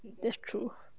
that's true